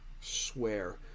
Swear